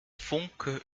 funke